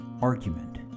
argument